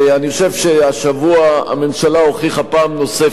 אני חושב שהשבוע הממשלה הוכיחה פעם נוספת